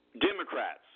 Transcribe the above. Democrats